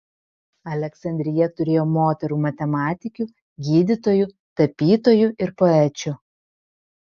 aleksandrija turėjo moterų matematikių gydytojų tapytojų ir poečių